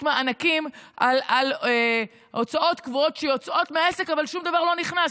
מענקים על הוצאות קבועות שיוצאות מהעסק אבל שום דבר לא נכנס,